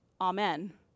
Amen